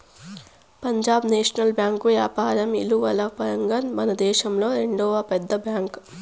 Punjab National Bank యాపారం ఇలువల పరంగా మనదేశంలో రెండవ పెద్ద బ్యాంక్